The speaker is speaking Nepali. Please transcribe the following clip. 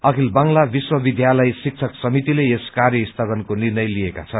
अखिल बांगला विश्वविद्यालय शिक्षक समितिले यस कार्य स्थगनको निर्णय लिएका छन्